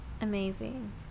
Amazing